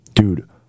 dude